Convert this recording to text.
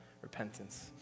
repentance